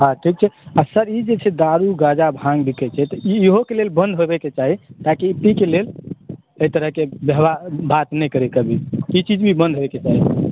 हॅं ठीक छै आ सर ई जे छै दारू गाँजा भाँग बिकै छै तऽ इहो के लेल बन्द होबै के चाही कियै कि ई चीज के लेल कोइ तरह के व्यवहार बात नहि करै कभी ई चीज भी बन्द होइ के चाही